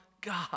God